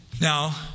Now